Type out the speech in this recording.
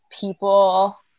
people